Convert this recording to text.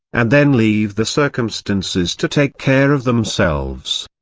and then leave the circumstances to take care of themselves.